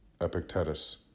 Epictetus